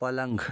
पलंग